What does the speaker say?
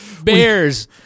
Bears